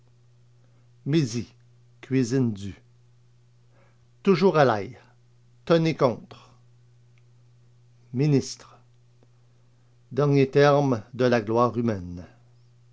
midi cuisine du toujours à l'ail tonner contre ministre dernier terme de la gloire humaine